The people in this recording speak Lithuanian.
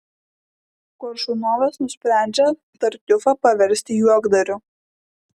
koršunovas nusprendžia tartiufą paversti juokdariu